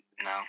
No